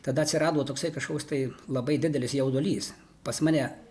tada atsirado toksai kažkoks tai labai didelis jaudulys pas mane